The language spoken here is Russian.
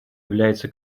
является